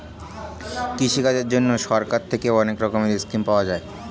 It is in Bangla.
কৃষিকাজের জন্যে সরকার থেকে অনেক রকমের স্কিম পাওয়া যায়